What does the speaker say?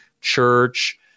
church